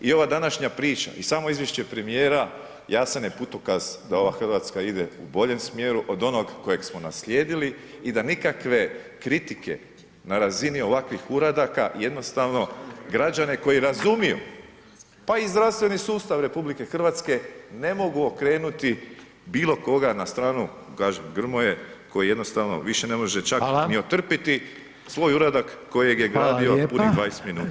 I ova današnja priča i samo izvješće premijera jasan je putokaz da ova Hrvatska ide u boljem smjeru od onog kojeg smo naslijedili i da nikakve kritike na razini ovakvih uradaka jednostavno građane koji razumiju pa i zdravstveni sustav RH ne mogu okrenuti bilo koga na stranu kažem Grmoje koji jednostavno više ne može čak ni otrpjeti svoj uradak kojeg je gradio punih 20 minuta.